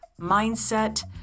mindset